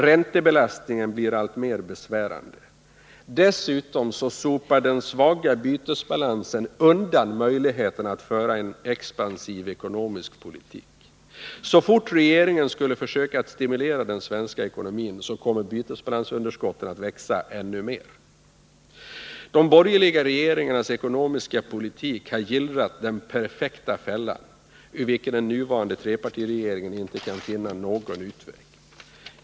Räntebelastningen blir alltmer besvärande. Dessutom sopar den svaga bytesbalansen undan möjligheterna att föra en expansiv ekonomisk politik. Så fort regeringen skulle försöka att stimulera den svenska ekonomin skulle bytesbalansunderskotten komma att växa ännu mer. De borgerliga regeringarnas ekonomiska politik har gillrat den perfekta fällan, ur vilken den nuvarande trepartiregeringen inte kan finna någon utväg.